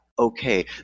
Okay